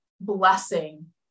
blessing